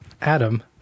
Adam